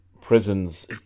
prisons